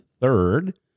third